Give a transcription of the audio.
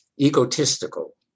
egotistical